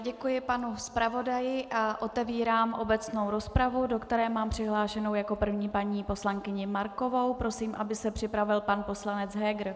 Děkuji panu zpravodaji a otevírám obecnou rozpravu, do které mám přihlášenu jako první paní poslankyni Markovou, prosím, aby se připravil pan poslanec Heger.